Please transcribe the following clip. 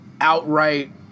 outright